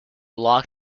lock